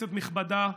כנסת נכבדה,